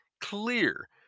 clear